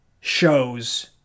shows